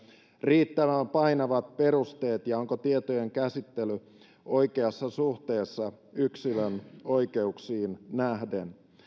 riittävän painavat perusteet ja onko tietojenkäsittely oikeassa suhteessa yksilön oikeuksiin nähden